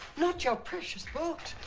not your precious book!